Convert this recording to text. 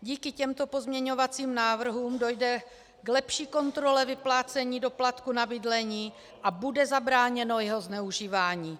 Díky těmto pozměňovacím návrhům dojde k lepší kontrole vyplácení doplatku na bydlení a bude zabráněno jeho zneužívání.